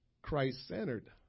Christ-centered